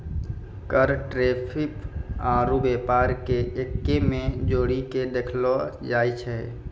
कर टैरिफ आरू व्यापार के एक्कै मे जोड़ीके देखलो जाए छै